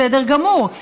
בסדר גמור,